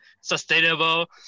sustainable